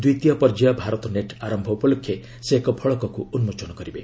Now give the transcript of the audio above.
ଦ୍ୱିତୀୟ ପର୍ଯ୍ୟାୟ ଭାରତ ନେଟ୍ ଆରମ୍ଭ ଉପଲକ୍ଷେ ସେ ଏକ ଫଳକକୁ ଉନ୍କୋଚନ କରିବେ